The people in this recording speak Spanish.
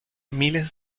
miles